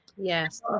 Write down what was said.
yes